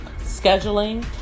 scheduling